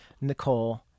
Nicole